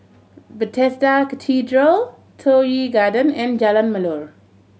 Bethesda Cathedral Toh Yi Garden and Jalan Melor